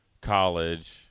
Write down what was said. college